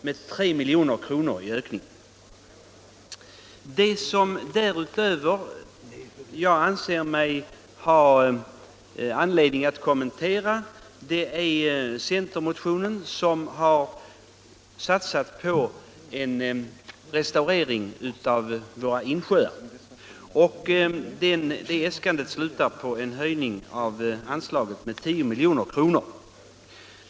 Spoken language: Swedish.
Det som jag därutöver anser mig ha anledning att kommentera är den centermotion som satsar på en restaurering av våra insjöar. Motionsäskandet slutar på en höjning av anslaget med 10 milj.kr.